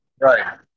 Right